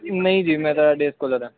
ਨਹੀਂ ਜੀ ਮੈਂ ਤਾਂ ਡੇ ਸਕੋਲਰ ਹਾਂ